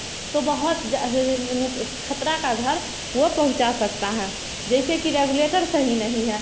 तो बहुत जा नुक खतरा का घर वह पहुँचा सकता है जैसे कि रेगुलेटर सही नहीं है